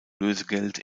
lösegeld